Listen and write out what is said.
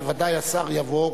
בוודאי השר יבוא.